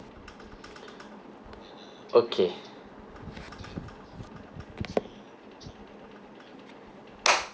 okay